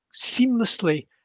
seamlessly